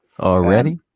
Already